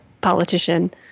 politician